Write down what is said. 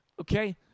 okay